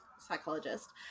psychologist